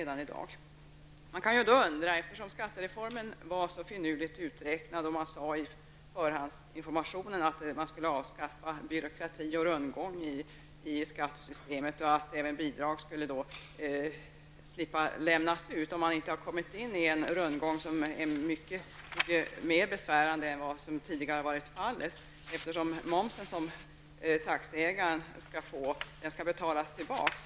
Man sade i förhandsinformationen att skattereformen var så finurligt uträknad att man skulle avskaffa byråkrati och rundgång i skattesystemet och att man skulle slippa ge bidrag. Man kan fråga sig om man inte nu har infört en rundgång som är mycket mer besvärande än den som fanns tidigare, eftersom den moms som taxiägaren skall ta ut sedan skall betalas tillbaka.